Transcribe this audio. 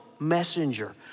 messenger